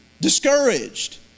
discouraged